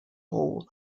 hall